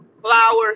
flowers